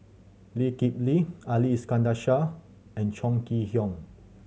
Lee Kip Lee Ali Iskandar Shah and Chong Kee Hiong